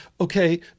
okay